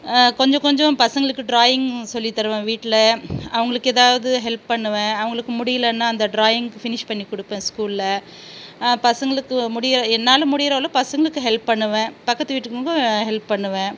கொஞ்சம் கொஞ்சம் பசங்களுக்கு டிராயிங் சொல்லித்தருவேன் வீட்டில் அவங்களுக்கு எதாவது ஹெல்ப் பண்ணுவேன் அவங்களுக்கு முடியிலான அந்த டிராயிங் ஃப்னிஷ் பண்ணி கொடுப்பன் ஸ்கூலில் பசங்களுக்கு முடிய என்னால் முடியிற அளவுக்கு பசங்களுக்கு ஹெல்ப் பண்ணுவேன் பக்கத்து வீட்டுக்கும் ஹெல்ப் பண்ணுவேன்